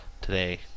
today